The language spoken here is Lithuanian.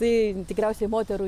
tai tikriausiai moterų